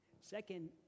Second